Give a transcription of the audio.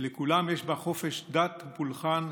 שלכולם יש בה חופש דת ופולחן,